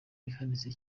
ihanitse